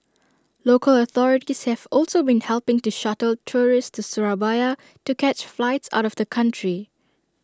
local authorities have also been helping to shuttle tourists to Surabaya to catch flights out of the country